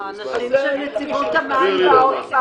אז למה לזה כן ולזה לא?